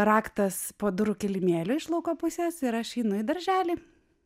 raktas po durų kilimėliu iš lauko pusės ir aš einu į darželį